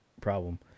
problem